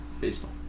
baseball